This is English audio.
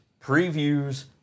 previews